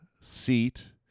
seat